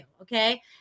okay